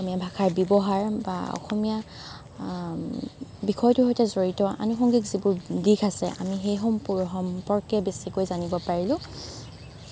অসমীয়া ভাষাৰ ব্যৱহাৰ বা অসমীয়া বিষয়টোৰ সৈতে জড়িত আনুসংগিক যিবোৰ দিশ আছে আমি সেই সম্পৰ্কে বেছিকৈ জানিব পাৰিলোঁ